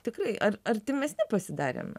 tikrai ar artimesni pasidarėme